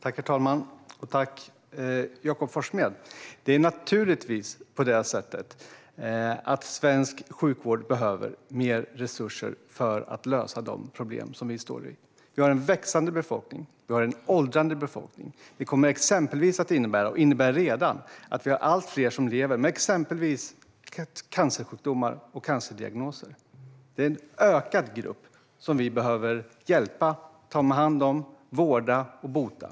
Herr talman! Tack, Jakob Forssmed! Det är naturligtvis på det sättet att svensk sjukvård behöver mer resurser för att lösa de problem som vi står inför. Vi har en växande och åldrande befolkning. Detta kommer bland annat att innebära, och innebär redan, att vi har allt fler som lever med exempelvis cancersjukdomar och cancerdiagnoser. Det är en växande grupp som vi behöver hjälpa, ta hand om, vårda och bota.